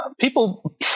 People